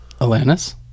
Alanis